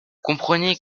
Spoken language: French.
comprenez